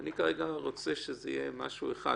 אני כרגע רוצה שזה יהיה משהו אחד,